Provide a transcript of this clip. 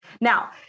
Now